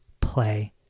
play